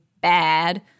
bad